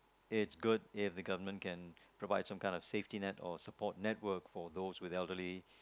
it's good if the government can provide some kind of safety net or support network for those with elderly